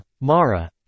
Mara